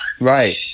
Right